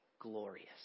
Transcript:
glorious